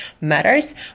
matters